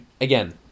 again